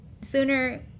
sooner